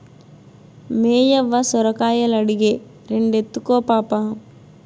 మేయవ్వ సొరకాయలడిగే, రెండెత్తుకో పాపా